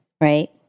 right